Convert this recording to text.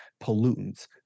pollutants